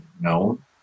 known